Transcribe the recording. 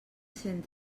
cent